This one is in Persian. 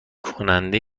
کنده